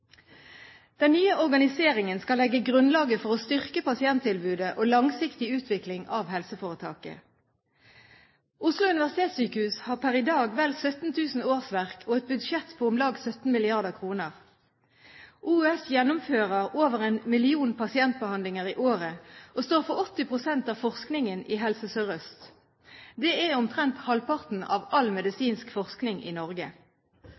Den nye organiseringen skal legge grunnlaget for å styrke pasienttilbudet og langsiktig utvikling av helseforetaket. Oslo Universitetssykehus har per i dag vel 17 000 årsverk og et budsjett på om lag 17 mrd. kr. Oslo universitetssykehus gjennomfører over en million pasientbehandlinger i året og står for 80 pst. av forskningen i Helse Sør-Øst. Det er omtrent halvparten av all medisinsk forskning i Norge.